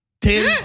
Ten